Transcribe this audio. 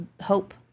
hope